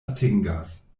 atingas